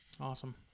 Awesome